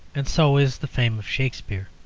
and so is the fame of shakspere.